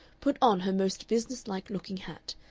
put on her most businesslike-looking hat,